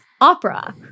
opera